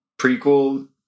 prequel